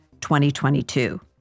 2022